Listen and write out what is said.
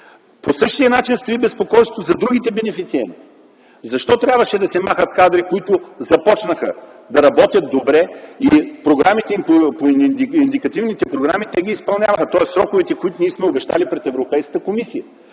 По същия начин стои безпокойството и за другите бенефициенти. Защо трябваше да се махат кадри, които започнаха да работят добре и изпълняваха индикативните програми. Тоест сроковете, които ние сме обещали пред Европейската комисия.